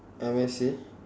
M A C